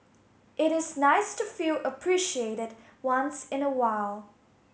it is nice to feel appreciated once in a while